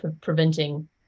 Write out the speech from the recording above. preventing